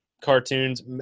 cartoons